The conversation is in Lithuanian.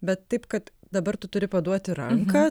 bet taip kad dabar tu turi paduoti ranką